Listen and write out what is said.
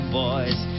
boys